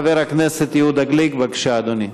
חבר הכנסת יהודה גליק, בבקשה, אדוני.